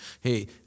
Hey